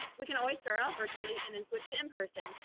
we can always start off virtually and then switched to in-person.